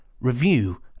review